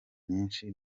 nyinshi